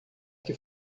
que